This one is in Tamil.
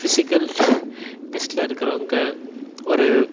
ஃபிஸிக்கல் டெஸ்ட்டில் இருக்கிறவங்க ஒரு